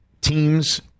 teams